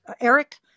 Eric